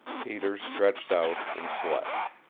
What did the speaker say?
peter stretched out and slept.